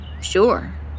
Sure